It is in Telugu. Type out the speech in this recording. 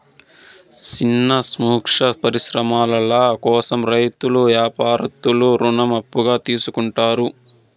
సిన్న సూక్ష్మ పరిశ్రమల కోసం రైతులు యాపారత్తులు రుణం అప్పుగా తీసుకుంటారు